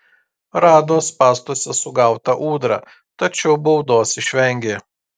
rado spąstuose sugautą ūdrą tačiau baudos išvengė